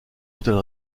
hôtels